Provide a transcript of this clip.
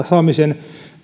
saamisen